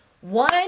One